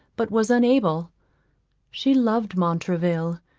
but was unable she loved montraville,